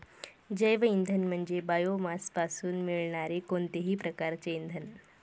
जैवइंधन म्हणजे बायोमासपासून मिळणारे कोणतेही प्रकारचे इंधन